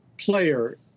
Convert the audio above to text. player